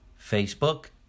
Facebook